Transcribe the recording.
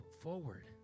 forward